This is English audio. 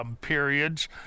periods